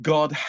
God